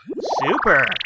super